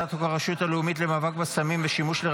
הצעת חוק הרשות הלאומית לרפואה משפטית,